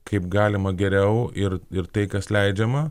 kaip galima geriau ir ir tai kas leidžiama